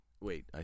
Wait